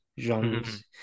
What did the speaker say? genres